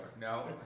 No